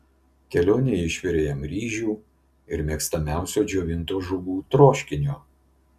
kelionei išvirė jam ryžių ir mėgstamiausio džiovintų žuvų troškinio